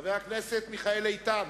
חבר הכנסת מיכאל איתן